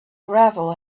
gravel